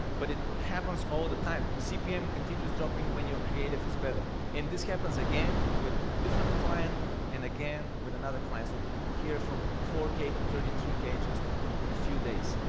but it happens all the time cpm continues dropping when your creative is better and this happens again with different client and again with another client so here from four k to thirty three cages in a few days.